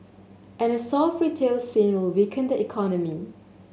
and a soft retail scene will weaken the economy